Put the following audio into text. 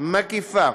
מקיפה